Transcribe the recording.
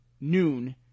noon